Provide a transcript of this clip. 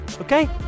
okay